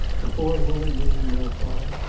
a poor woman meaning no harm,